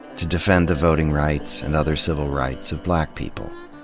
to defend the voting rights and other civil rights of black people.